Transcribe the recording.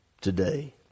today